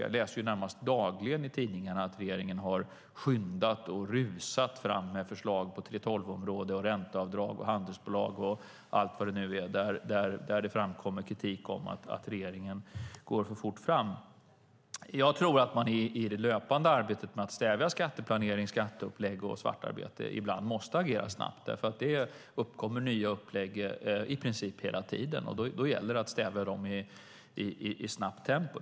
Jag läser närmast dagligen i tidningarna att regeringen har skyndat och rusat fram med förslag på 3:12-området och i fråga om ränteavdrag, handelsbolag och allt vad det nu är och där det framkommer kritik om att regeringen går för fort fram. Jag tror att man i det löpande arbetet med att stävja skatteplanering, skatteupplägg och svartarbete ibland måste agera snabbt. Det uppkommer nämligen nya upplägg i princip hela tiden, och då gäller det att stävja dem i ett snabbt tempo.